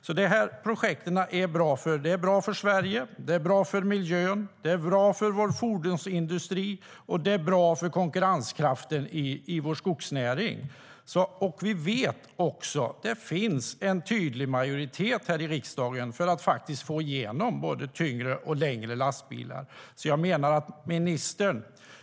Utvecklingsprojekten är bra för Sverige, bra för miljön, bra för vår fordonsindustri och de är bra för skogsnäringens konkurrenskraft. Vi vet att det finns en tydlig majoritet här i riksdagen för att få igenom förslaget om både tyngre och längre lastbilar.